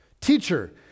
Teacher